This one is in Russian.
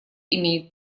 имеет